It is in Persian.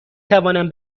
توانم